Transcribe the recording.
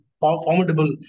Formidable